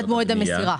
ההצמדה?